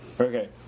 Okay